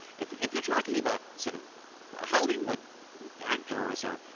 if if you're talking about sort of hollywood actors or.